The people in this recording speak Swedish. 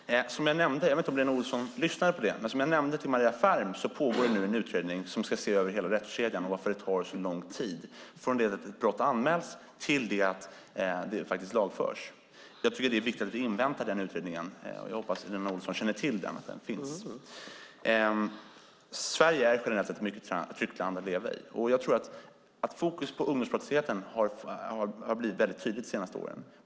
Fru talman! Som jag nämnde till Maria Ferm, jag vet inte om det var någon som lyssnade på det, pågår det nu en utredning som ska se över hela rättskedjan, varför det tar så lång tid från det att ett brott anmäls till dess det faktiskt lagförs. Jag tycker att det är viktigt att vi inväntar den utredningen. Jag hoppas att Lena Olsson känner till att den finns. Sverige är generellt sett ett mycket tryggt land att leva i. Jag tror att fokus på ungdomsbrottsligheten har blivit väldigt tydligt de senaste åren.